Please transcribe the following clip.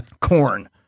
Corn